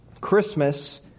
Christmas